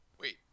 Wait